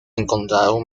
encontraron